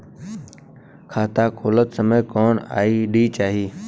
खाता खोलत समय कौन आई.डी चाही?